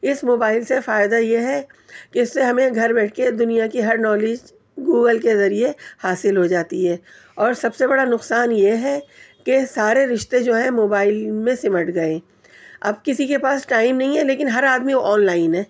اس mobile سے فائدہ یہ ہے کہ اس سے ہمیں گھر بیٹھ کے دنیا کی ہر نالج گوگل کے ذریعے حاصل ہوجاتی ہے اور سب سے بڑا نقصان یہ ہے کہ سارے رشتے جو ہیں موبائل میں سمٹ گئے اب کسی کے پاس ٹائم نہیں ہے لیکن ہر آدمی آن لائن ہے